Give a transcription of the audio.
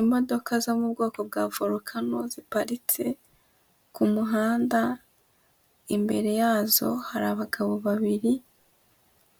Imodoka zo mu bwoko bwa vorukano ziparitse ku muhanda, imbere yazo hari abagabo babiri,